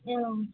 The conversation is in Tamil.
ஆ